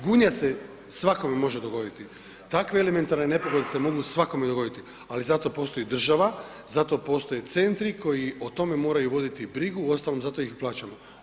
Gunja se svakome može dogoditi, takve elementarne nepogode se mogu svakome dogoditi, ali zato postoji država, zato postoje centri koji o tome moraju voditi brigu uostalom zato ih i plaćamo.